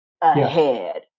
ahead